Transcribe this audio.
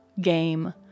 game